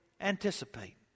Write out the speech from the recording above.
anticipate